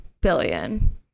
billion